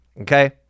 okay